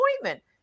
appointment